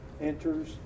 enters